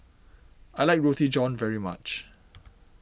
I like Roti John very much